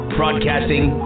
broadcasting